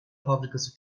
fabrikası